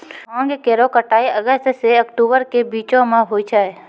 भांग केरो कटाई अगस्त सें अक्टूबर के बीचो म होय छै